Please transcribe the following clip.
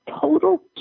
total